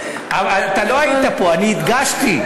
אתה לא היית פה, אני הדגשתי.